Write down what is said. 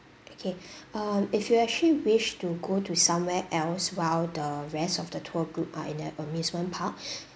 okay um if you actually wish to go to somewhere else while the rest of the tour group are in a amusement park